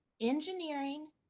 engineering